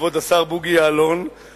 כבוד השר בוגי יעלון,